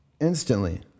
instantly